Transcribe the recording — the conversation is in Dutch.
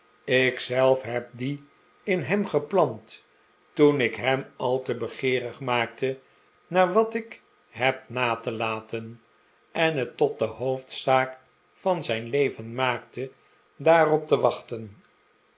zelf heb die in hem geplant toen ik hem al te begeerig maakte naar wat ik heb na te laten en het tot de hoofdzaak van zijn leven maakte daarop te wachten